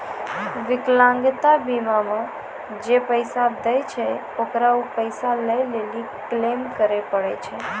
विकलांगता बीमा मे जे पैसा दै छै ओकरा उ पैसा लै लेली क्लेम करै पड़ै छै